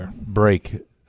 break